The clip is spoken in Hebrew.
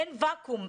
אין ואקום,